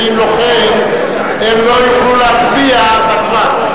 שאם לא כן הם לא יוכלו להצביע בזמן.